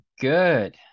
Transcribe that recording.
Good